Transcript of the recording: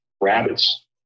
rabbits